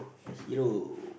a hero